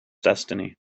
destiny